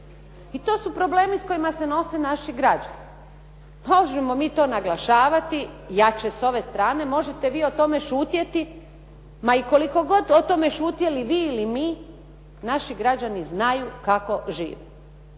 I to su problemi s kojima se nose naši građani. Možemo mi to naglašavati jače s ove strane, možete vi o tome šutjeti. Ma i koliko god o tome šutjeli vi ili mi naši građani znaju kako žive.